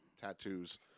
tattoos